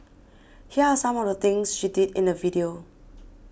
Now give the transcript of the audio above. here are some of the things she did in the video